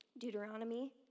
Deuteronomy